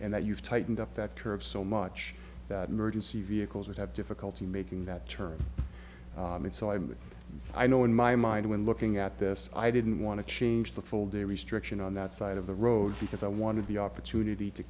and that you've tightened up that curve so much that emergency vehicles would have difficulty making that turn and so i'm i know in my mind when looking at this i didn't want to change the full day restriction on that side of the road because i wanted the opportunity to